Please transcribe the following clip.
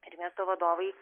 ir miesto vadovai